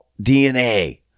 dna